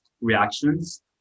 reactions